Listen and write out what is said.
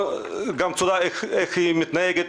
זה מתבטא גם בצורה שהיא מתנהגת,